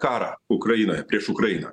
karą ukrainoje prieš ukrainą